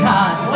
God